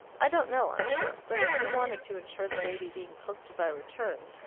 i don't know, i'm sure. but if you wanted to ensure the baby being posted by return,